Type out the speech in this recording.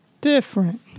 different